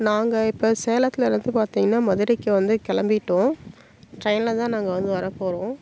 நாங்கள் இப்போ சேலத்துலேருந்து பார்த்திங்கன்னா மதுரைக்கு வந்து கிளம்பிட்டோம் ட்ரெயினில் தான் நாங்கள் வந்து வரப் போகிறோம்